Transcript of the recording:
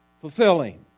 fulfilling